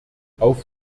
auf